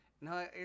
No